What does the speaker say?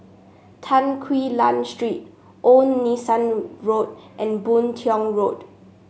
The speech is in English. Tan Quee Lan Street Old Nelson Road and Boon Tiong Road